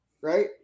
right